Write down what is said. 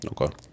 Okay